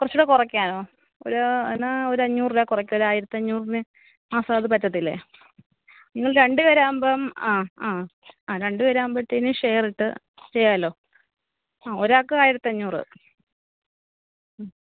കുറച്ചുകൂടെ കുറയ്ക്കാനോ ഒരു എന്നാൽ ഒരു അഞ്ഞൂറ് രൂപ കുറയ്ക്ക ഒരു ആയിരത്തി അഞ്ഞൂറിന് മാസം അത് പറ്റില്ലേ നിങ്ങൾ രണ്ട് പേർ ആവുമ്പം ആ ആ ആ രണ്ട് പേർ ആവുമ്പോഴത്തേന് ഷേയർ ഇട്ട് ചെയ്യാമല്ലോ ഒരാൾക്ക് ആയിരത്തി അഞ്ഞൂറ്